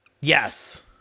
Yes